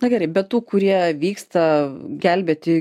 na gerai be tų kurie vyksta gelbėti